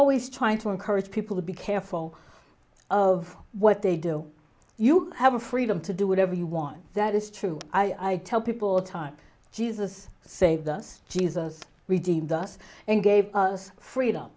always trying to encourage people to be careful of what they do you have a freedom to do whatever you want that is true i tell people all the time jesus saved us jesus we deemed us and gave us